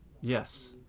Yes